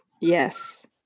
Yes